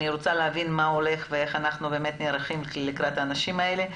אני רוצה להבין מה הולך ואיך אנחנו נערכים לקראת האנשים האלה.